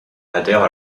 adhère